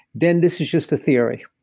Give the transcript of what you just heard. then this is just a theory.